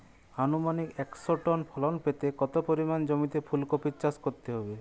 আনুমানিক একশো টন ফলন পেতে কত পরিমাণ জমিতে ফুলকপির চাষ করতে হবে?